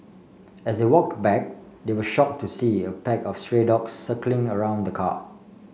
as they walk back they were shocked to see a pack of stray dog circling around the car